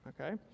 okay